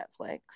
Netflix